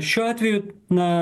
šiuo atveju na